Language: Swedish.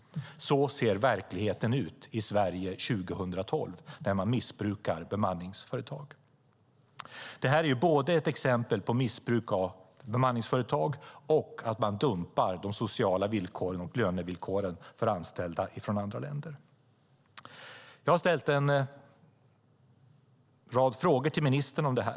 Så ser verkligheten ut i Sverige 2012 där man missbrukar bemanningsföretag. Det här är ett exempel både på missbruk av bemanningsföretag och att man dumpar de sociala villkoren och lönevillkoren för anställda från andra länder. Jag har ställt en rad frågor till ministern om det här.